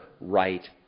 right